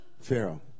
Pharaoh